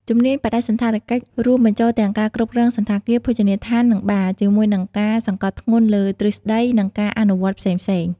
ជំនាញបដិសណ្ឋារកិច្ច រួមបញ្ចូលទាំងការគ្រប់គ្រងសណ្ឋាគារ ភោជនីយដ្ឋាន និងបារ ជាមួយនឹងការសង្កត់ធ្ងន់លើទ្រឹស្តី និងការអនុវត្តផ្សេងៗ។